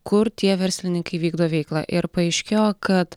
kur tie verslininkai vykdo veiklą ir paaiškėjo kad